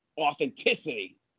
authenticity